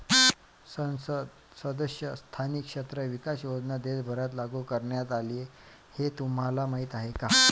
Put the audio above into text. संसद सदस्य स्थानिक क्षेत्र विकास योजना देशभरात लागू करण्यात आली हे तुम्हाला माहीत आहे का?